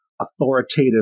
authoritative